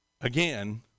Again